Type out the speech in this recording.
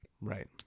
Right